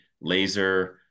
laser